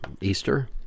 easter